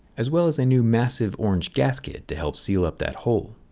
as well as a new massive orange gasket to help seal up that hole.